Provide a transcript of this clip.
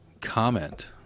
Comment